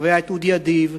והיה אודי אדיב,